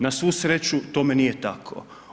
Na svu sreću, tome nije tako.